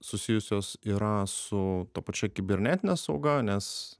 susijusios yra su ta pačia kibernetine sauga nes